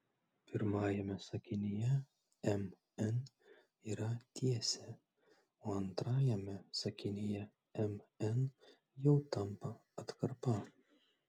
pirmajame sakinyje mn yra tiesė o antrajame sakinyje mn jau tampa atkarpa